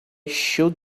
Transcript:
should